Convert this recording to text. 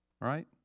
Right